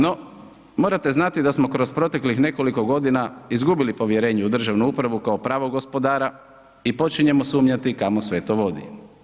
No, morate znati da smo kroz proteklih nekoliko godina izgubili povjerenje u državnu upravu kao pravog gospodara i počinjemo sumnjati kamo sve to vodi.